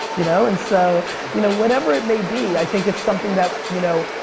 you know and so you know whatever it may be, i think it's something that you know,